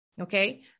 okay